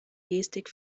gestik